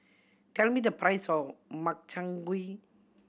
tell me the price of Makchang Gui